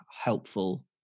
helpful